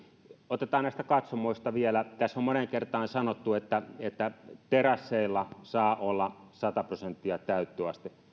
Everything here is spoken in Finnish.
otetaan näistä katsomoista vielä tässä on moneen kertaan sanottu että että terasseilla saa olla sata prosenttia täyttöaste